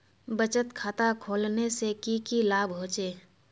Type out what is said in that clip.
बचत खाता खोलने से की की लाभ होचे?